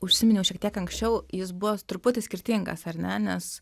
užsiminiau šiek tiek anksčiau jis buvo truputį skirtingas ar ne nes